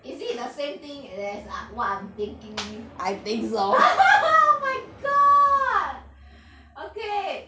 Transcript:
is it the same thing that as I what I am thinking my god okay